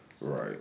right